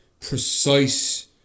precise